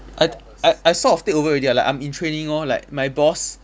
I I I sort of take over already lah I'm in training lor like my boss